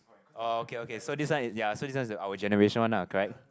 oh okay okay so this one is ya so this one is our generation one ah correct